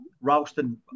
Ralston